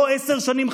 לא עשר שנים,